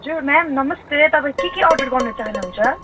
हजुर म्याम नमस्ते तपाईँ के के अर्डर गर्नु चाहनुहुन्छ